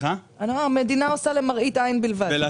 המדינה עושה למראית עין בלבד.